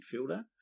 midfielder